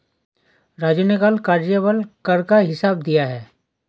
राजू ने कल कार्यबल कर का हिसाब दिया है